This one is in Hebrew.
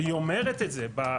והיא אומרת את זה בחקירות,